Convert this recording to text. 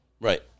Right